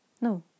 No